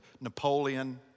Napoleon